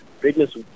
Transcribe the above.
Biggest